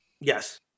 Yes